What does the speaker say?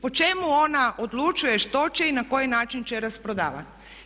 Po čemu ona odlučuje što će i na koji način će rasprodavati?